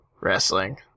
wrestling